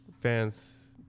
fans